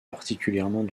particulièrement